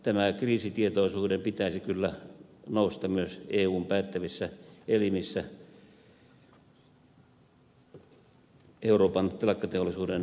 tämän kriisitietoisuuden pitäisi kyllä nousta myös eun päättävissä elimissä euroopan telakkateollisuuden pelastamiseksi